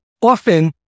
often